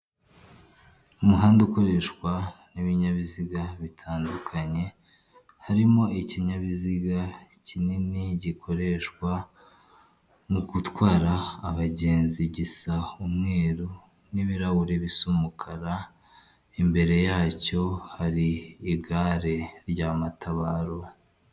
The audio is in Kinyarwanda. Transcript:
Umuhanda ukoreshwa n'ibinyabiziga bitandukanye harimo ikinyabiziga kinini gikoreshwa mu gutwara abagenzi gisa umweru n'ibirahure bisa umukara, imbere yacyo hari igare rya matabaro.